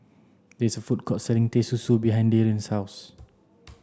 there is a food court selling Teh Susu behind Darion's house